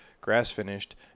grass-finished